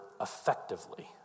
effectively